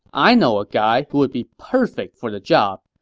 i know a guy who would be perfect for the job.